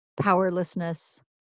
powerlessness